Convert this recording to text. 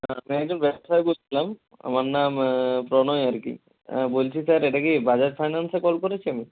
হ্যাঁ আমি একজন ব্যবসায়ী বলছিলাম আমার নাম প্রণয় আর কি অ্যাঁ বলছি স্যার এটা কি বাজাজ ফাইন্যান্সে কল করেছি আমি